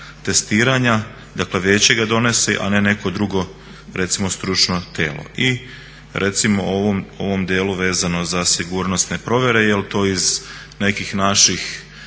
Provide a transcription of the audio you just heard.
testiranja, dakle vijeće ga donosi, a ne neko drugo stručno tijelo. I recimo u ovom dijelu vezano za sigurnosne provjere jel to iz nekih naših